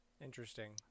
Interesting